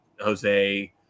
Jose